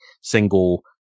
single